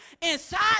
Inside